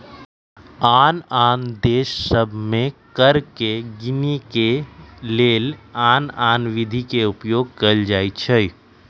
आन आन देश सभ में कर के गीनेके के लेल आन आन विधि के उपयोग कएल जाइ छइ